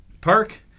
Park